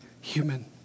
human